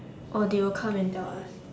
oh they will come and tell us